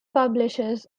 publishes